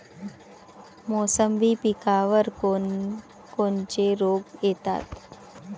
मोसंबी पिकावर कोन कोनचे रोग येतात?